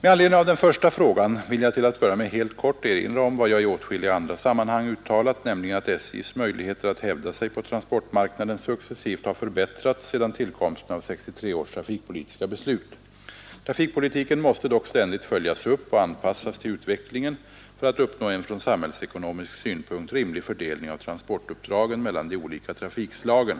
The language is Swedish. Med anledning av den första frågan vill jag till att börja med helt kort erinra om vad jag i åtskilliga andra sammanhang uttalat, nämligen att SJ:s möjligheter att hävda sig på transportmarknaden successivt har förbättrats sedan tillkomsten av 1963 års trafikpolitiska beslut. Trafikpolitiken måste dock ständigt följas upp och anpassas till utvecklingen för att uppnå en från samhällsekonomisk synpunkt rimlig fördelning av transportuppdragen mellan de olika trafikslagen.